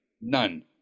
None